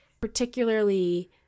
particularly